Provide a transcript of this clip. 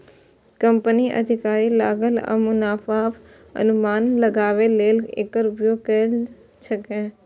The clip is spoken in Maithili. कंपनीक अधिकारी लागत आ मुनाफाक अनुमान लगाबै लेल एकर उपयोग करै छै